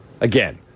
Again